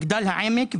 מגדל העמק ואילת.